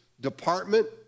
department